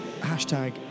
hashtag